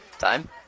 time